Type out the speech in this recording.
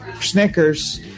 Snickers